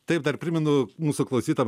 taip dar primenu mūsų klausytam